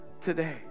today